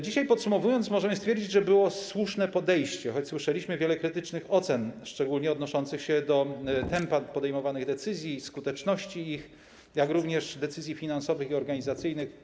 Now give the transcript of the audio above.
Dzisiaj, podsumowując, możemy stwierdzić, że to było słuszne podejście, choć słyszeliśmy wiele krytycznych ocen, szczególnie odnoszących się do tempa podejmowania decyzji, skuteczności decyzji finansowych i organizacyjnych.